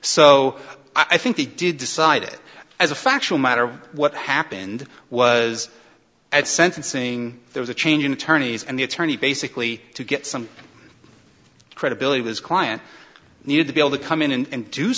so i think they did decide it as a factual matter what happened was at sentencing there was a change in attorneys and the attorney basically to get some credibility his client needed to be able to come in and